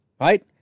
right